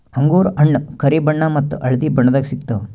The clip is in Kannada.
ಅಂಗೂರ್ ಹಣ್ಣ್ ಕರಿ ಬಣ್ಣ ಮತ್ತ್ ಹಳ್ದಿ ಬಣ್ಣದಾಗ್ ಸಿಗ್ತವ್